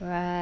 right